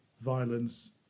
violence